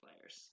players